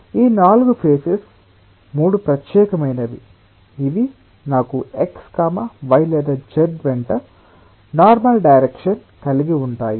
ఈ నాలుగు ఫేసెస్ మూడు ప్రత్యేకమైనవి ఇవి నాకు x y లేదా z వెంట నార్మల్ డైరెక్షన్ కలిగి ఉంటాయి